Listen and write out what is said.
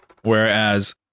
whereas